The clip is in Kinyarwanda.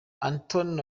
anthony